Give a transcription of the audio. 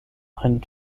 ein